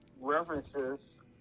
references